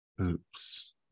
Oops